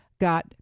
got